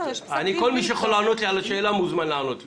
כל מי שיכול לענות לי על השאלה, מוזמן לענות לי.